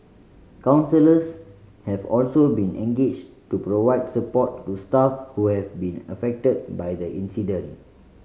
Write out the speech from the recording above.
counsellors have also been engaged to provide support to staff who have been affected by the incident